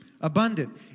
abundant